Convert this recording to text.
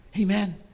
Amen